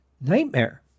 Nightmare